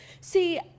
See